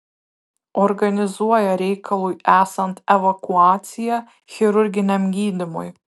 organizuoja reikalui esant evakuaciją chirurginiam gydymui